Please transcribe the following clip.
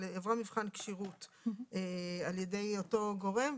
אבל עברה מבחן כשירות על ידי אותו גורם,